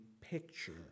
picture